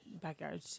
backyard